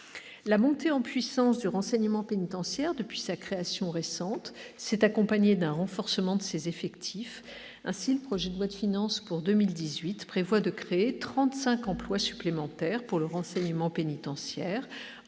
La montée en puissance du renseignement pénitentiaire depuis sa création récente s'est accompagnée d'un renforcement de ses effectifs. Ainsi, le projet de loi de finances pour 2018 prévoit de créer trente-cinq emplois supplémentaires pour le renseignement pénitentiaire,